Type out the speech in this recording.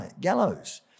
gallows